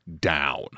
down